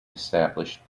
established